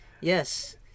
yes